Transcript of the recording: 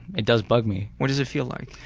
it does bug me. what does it feel like?